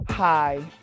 Hi